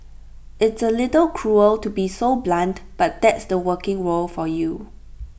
it's A little cruel to be so blunt but that's the working world for you